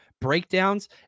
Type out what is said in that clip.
breakdowns